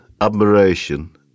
admiration